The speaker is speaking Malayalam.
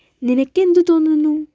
നിനക്ക് എന്തു തോന്നുന്നു